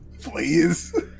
Please